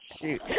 Shoot